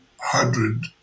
hundred